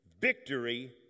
victory